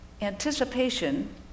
Anticipation